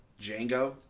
Django